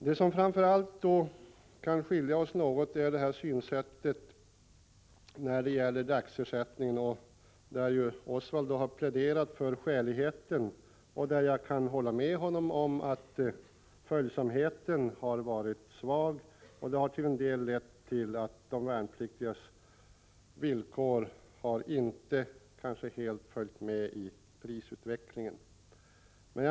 Det som framför allt skiljer oss något är synsättet när det gäller dagersättningen. Oswald Söderqvist har pläderat för skäligheten, och jag kan hålla med honom om att följsamheten har varit dålig, vilket till en del har lett till att de värnpliktigas villkor inte helt har följt med i prisutvecklingen.